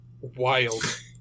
wild